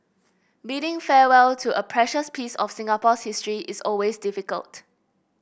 bidding farewell to a precious piece of Singapore's history is always difficult